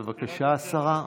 בבקשה, השרה.